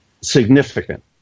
significant